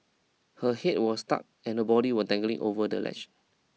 her head was stuck and her body was dangling over the ledge